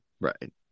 right